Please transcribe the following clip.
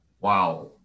wow